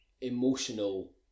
emotional